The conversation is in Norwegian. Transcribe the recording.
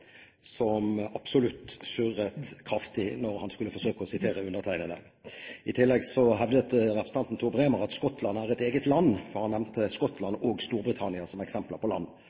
som absolutt surret kraftig da han skulle forsøke å sitere undertegnede. I tillegg hevdet representanten Tor Bremer at Skottland er et eget land, for han nevnte Skottland og Storbritannia som eksempler på land.